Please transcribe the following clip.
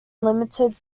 limited